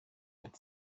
mit